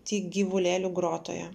tik gyvulėlių grotoje